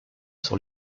sur